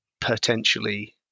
potentially